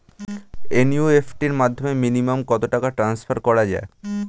NEFT র মাধ্যমে minimum কত টাকা টান্সফার করা যায়?